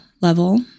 level